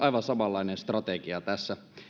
aivan samanlainen strategia tässä